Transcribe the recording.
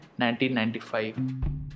1995